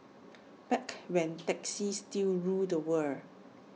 back when taxis still ruled the world